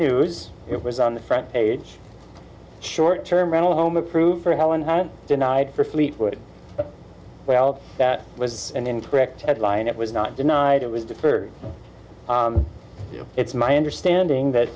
news it was on the front page short term rental home approved for helen hunt denied for fleetwood well that was an incorrect headline it was not denied it was deferred it's my understanding that